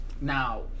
now